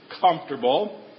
comfortable